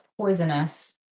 poisonous